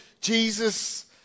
Jesus